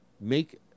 make